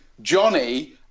Johnny